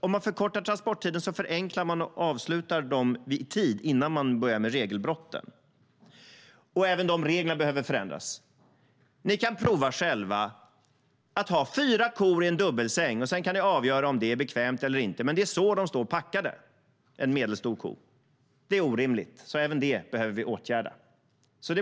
Om transporttiden förkortas kan den avslutas i tid innan man börjar bryta mot reglerna. Även de reglerna behöver förändras. Det är